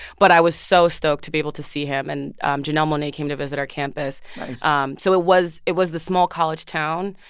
but i was so stoked to be able to see him. and um janelle monae came to visit our campus um so it was it was the small college town,